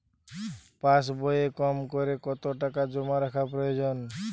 পাশবইয়ে কমকরে কত টাকা জমা রাখা প্রয়োজন?